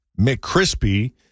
McCrispy